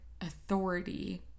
authority